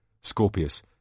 Scorpius